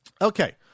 Okay